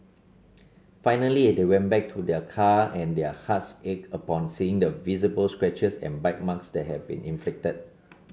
finally they went back to their car and their hearts ached upon seeing the visible scratches and bite marks that had been inflicted